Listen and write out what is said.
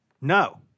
no